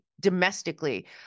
domestically